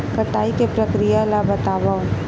कटाई के प्रक्रिया ला बतावव?